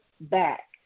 back